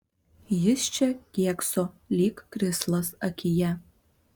jis čia kėkso lyg krislas akyje